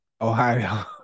Ohio